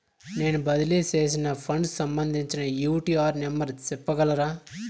నేను బదిలీ సేసిన ఫండ్స్ సంబంధించిన యూ.టీ.ఆర్ నెంబర్ సెప్పగలరా